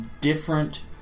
different